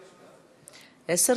אדוני.